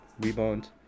rebound